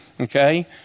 okay